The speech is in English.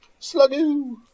Slugoo